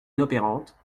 inopérante